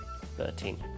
Thirteen